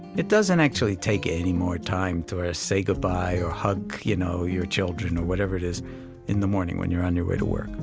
it doesn't actually take any more time to ah say good-bye or hug you know, your children or whatever it is in the morning when you're on your way to work.